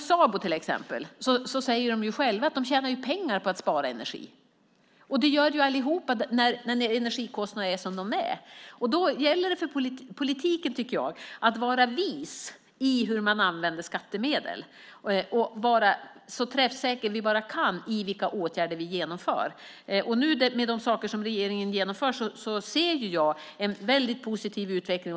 Sabo säger att de tjänar pengar på att spara energi. Det gör alla när energikostnaderna är som de är. Då gäller det för politiken att vara vis i hur man använder skattemedel och vara så träffsäker man bara kan i vilka åtgärder som genomförs. Med de saker som regeringen genomför ser jag en positiv utveckling.